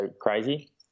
crazy